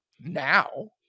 now